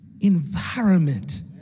Environment